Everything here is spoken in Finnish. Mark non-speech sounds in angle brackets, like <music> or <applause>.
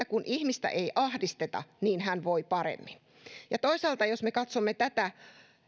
<unintelligible> kun ihmistä ei ahdisteta niin hän voi paremmin ja jos me toisaalta katsomme tätä